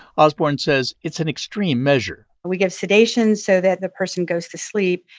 osborn says it's an extreme measure we give sedation so that the person goes to sleep,